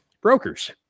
brokers